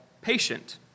patient—